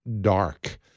dark